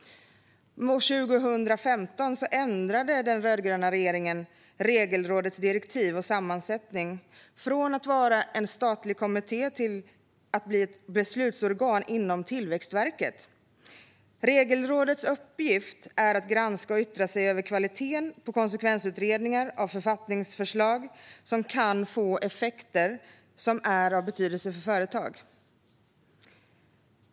År 2015 ändrade den rödgröna regeringen Regelrådets direktiv och sammansättning från att vara en statlig kommitté till att bli ett beslutsorgan inom Tillväxtverket. Regelrådets uppgift är att granska och yttra sig över kvaliteten på konsekvensutredningar av författningsförslag som kan få effekter av betydelse för företag.